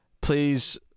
please